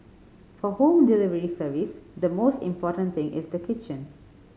for home delivery service the most important thing is the kitchen